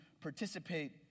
participate